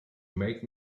make